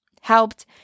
helped